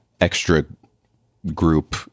extra-group